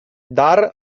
dar